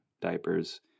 diapers